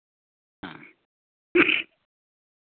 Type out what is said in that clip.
ᱦᱮᱸ